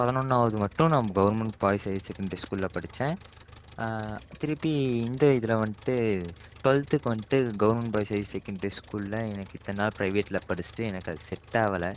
பதினொன்றாவது மட்டும் நான் கவர்மெண்ட் பாய்ஸ் ஹயர் செகண்டரி ஸ்கூலில் படித்தேன் திருப்பி இந்த இதில் வந்துட்டு டுவல்த்துக்கு வந்துட்டு கவர்மெண்ட் பாய்ஸ் ஹயர் செகண்டரி ஸ்கூலில் எனக்கு இத்தனை நாள் பிரைவேட்டில் படிச்சுட்டு எனக்கு அது செட் ஆகல